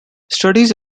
studies